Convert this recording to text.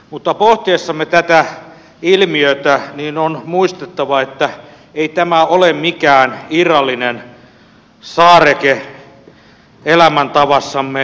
mutta pohtiessamme tätä ilmiötä on muistettava että ei tämä ole mikään irrallinen saareke elämäntavassamme